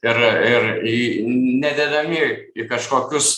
ir ir į nededami į kažkokius